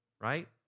right